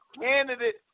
candidate